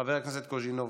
חבר הכנסת קוז'ינוב,